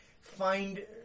find